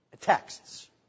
texts